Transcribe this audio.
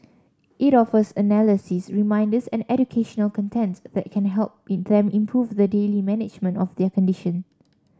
it offers analyses reminders and educational content that can help be them improve the daily management of their condition